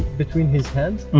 between his hands,